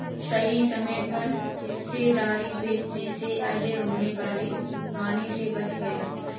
सही समय पर हिस्सेदारी बेचने से अजय होने वाली हानि से बच गया